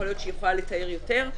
יכול להיות שהיא יכולה לתאר יותר.